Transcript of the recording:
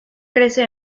crece